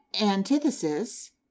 antithesis